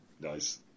Nice